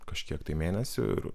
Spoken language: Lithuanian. kažkiek tai mėnesių ir